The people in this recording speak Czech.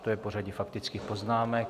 To je pořadí faktických poznámek.